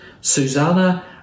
Susanna